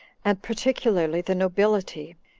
and particularly the nobility,